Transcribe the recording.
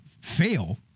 fail